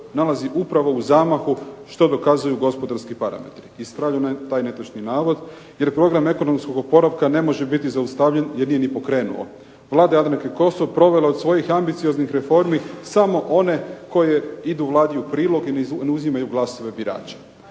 nalazi upravo u zamahu što dokazuju gospodarski parametri." Ispravljam taj netočni navod jer program ekonomskog oporavka ne može biti zaustavljen jer nije ni pokrenuo. Vlada Jadranke Kosor provela je od svojih ambicioznih reformi samo one koje idu Vladi u prilog i ne uzimaju glasove birača.